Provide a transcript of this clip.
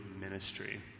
ministry